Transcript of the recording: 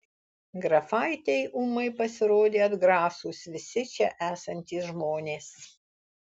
grafaitei ūmai pasirodė atgrasūs visi čia esantys žmonės